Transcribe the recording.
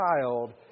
child